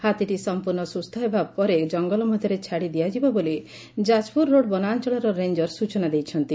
ହାତୀଟି ସଂପୂର୍ଶ୍ଣ ସୁସ୍ସ ହେବା ପରେ ଘଂଚ ଜଂଗଲ ମଧ୍ୟରେ ଛାଡି ଦିଆଯିବ ବୋଲି ଯାଜପୁର ରୋଡ ବନାଂଚଳର ରେଂଜର ସୂଚନା ଦେଇଛନ୍ତି